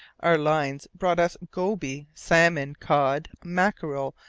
our lines brought us goby, salmon, cod, mackerel,